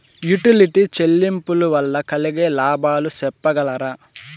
Utility చెల్లింపులు వల్ల కలిగే లాభాలు సెప్పగలరా?